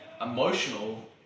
emotional